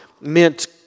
meant